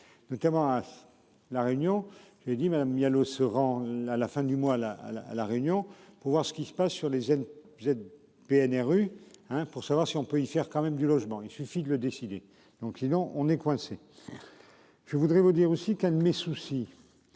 Notamment à. La Réunion. J'ai dit Madame Mialot rend la, la fin du mois la à la à la Réunion pour voir ce qui se passe sur les jeunes. Vous êtes PNRU hein pour savoir si on peut y faire quand même du logement, il suffit de le décider. Donc sinon on est coincé. Je voudrais vous dire aussi qu'un de mes soucis.